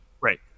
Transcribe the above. Right